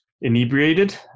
inebriated